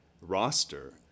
roster